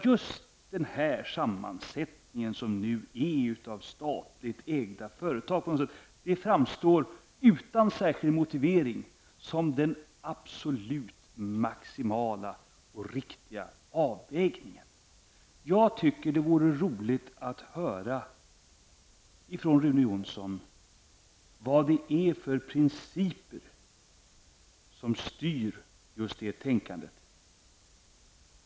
Just denna sammansättning som råder av statligt ägda företag framstår utan särskild motivering som den absolut maximala och riktiga avvägningen. Det vore roligt att höra från Rune Jonsson vad det är för principer som styr det tänkandet.